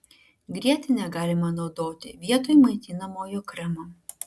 grietinę galima naudoti vietoj maitinamojo kremo